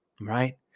right